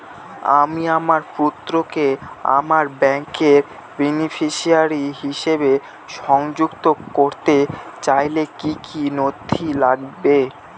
আমি আমার পুত্রকে আমার ব্যাংকের বেনিফিসিয়ারি হিসেবে সংযুক্ত করতে চাইলে কি কী নথি লাগবে?